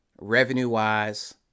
revenue-wise